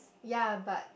ya but